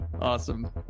awesome